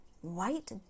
white